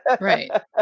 right